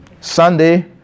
Sunday